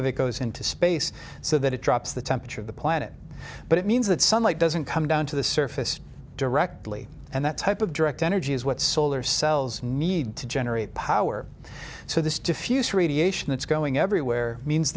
of it goes into space so that it drops the temperature of the planet but it means that sunlight doesn't come down to the surface directly and that type of direct energy is what solar cells need to generate power so this diffuse radiation that's going everywhere means